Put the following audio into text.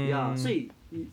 ya 所以 you